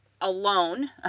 alone